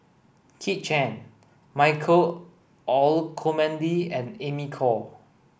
Kit Chan Michael Olcomendy and Amy Khor